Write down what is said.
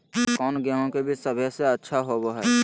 कौन गेंहू के बीज सबेसे अच्छा होबो हाय?